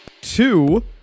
Two